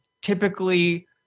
typically